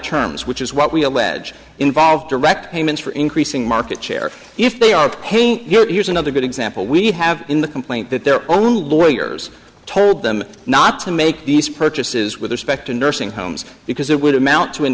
terms which is what we allege involved direct payments for increasing market share if they are paying yours another good example we have in the complaint that their own lawyers told them not to make these purchases with respect to nursing homes because it would amount to an